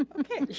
okay.